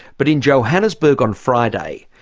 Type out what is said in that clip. but in johannesburg on friday,